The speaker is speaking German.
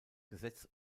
gesetz